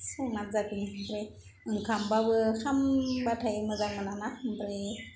संना जाफिनो ओमफ्राय ओंखामबाबो खामबाथाइ मोजां मोनाना ओमफ्राय